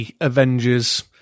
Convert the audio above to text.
Avengers